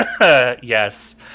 Yes